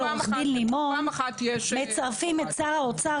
כאשר אנחנו מנסים לצמצם את זה,